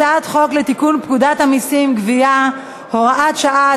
הצעת חוק לתיקון פקודת המסים (גבייה) (הוראת שעה),